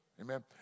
Amen